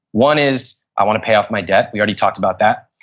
one is i want to pay off my debt, we already talked about that.